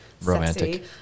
Romantic